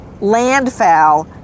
landfowl